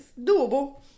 doable